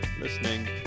listening